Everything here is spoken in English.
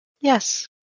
Yes